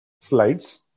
slides